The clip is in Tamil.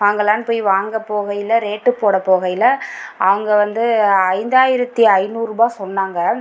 வாங்கலாம்னு போய் வாங்கப் போகையில் ரேட் போட போகையில் அவங்க வந்து ஐந்தாயிரத்தி ஐநூறுரூபா சொன்னாங்க